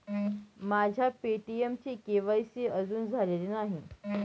माझ्या पे.टी.एमचे के.वाय.सी अजून झालेले नाही